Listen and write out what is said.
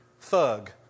thug